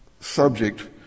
subject